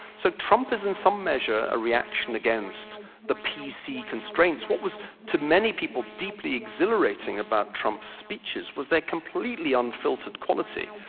so trump is in some measure a reaction against the pc constraints. what was to many people deeply exhilarating about trump's speeches was their completely unfiltered quality,